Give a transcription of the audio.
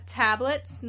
tablets